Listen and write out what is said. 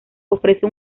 ofrece